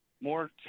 more